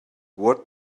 what